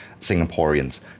Singaporeans